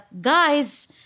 guys